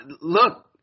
look